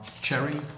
Cherry